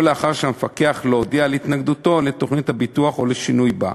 או שאין הודעה של המפקח על התנגדותו לתוכנית הביטוח או לשינוי בה.